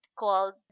called